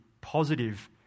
positive